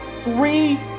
three